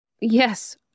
Yes